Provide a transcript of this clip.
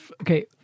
Okay